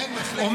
כן, בהחלט.